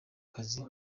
kazi